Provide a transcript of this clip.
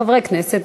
חברי הכנסת,